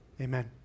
Amen